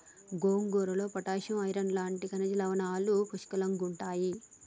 గోంగూరలో potassium, iron లాంటి ఖనిజ లవణాలు పుష్కలంగుంటాయి